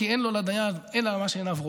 כי אין לו לדיין אלא מה שעיניו רואות,